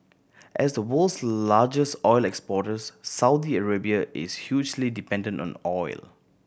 as the world's largest oil exporters Saudi Arabia is hugely dependent on oil